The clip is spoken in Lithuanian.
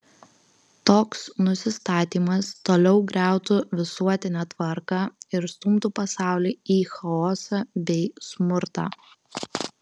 toks nusistatymas toliau griautų visuotinę tvarką ir stumtų pasaulį į chaosą bei smurtą